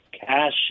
cash